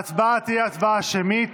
ההצבעה תהיה הצבעה שמית,